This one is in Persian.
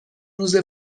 روز